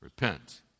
Repent